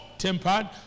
tempered